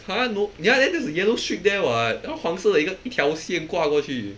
!huh! no ya then there's a yellow streak there what 那个黄色的一个一条线挂过去